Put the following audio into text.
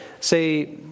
say